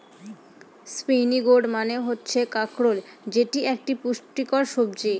spiny gourd মানে হচ্ছে কাঁকরোল যেটি একটি পুষ্টিকর সবজি